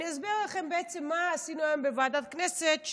אני אסביר לכם בעצם מה עשינו היום בוועדת הכנסת.